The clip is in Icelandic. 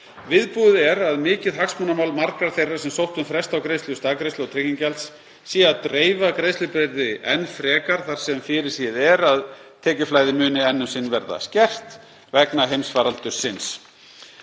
Viðbúið er að mikið hagsmunamál margra þeirra sem sóttu um frest á greiðslu staðgreiðslu og tryggingagjalds sé að dreifa greiðslubyrði enn frekar þar sem fyrirséð er að tekjuflæði muni enn um sinn verða skert vegna heimsfaraldursins.